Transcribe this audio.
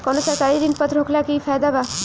कवनो सरकारी ऋण पत्र होखला के इ फायदा बा